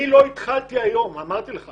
אני לא התחלתי היום, אמרתי לך